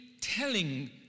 telling